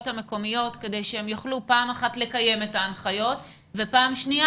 המקומיות כדי שהן יוכלו פעם אחת לקיים את ההנחיות ופעם שנייה